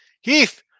Heath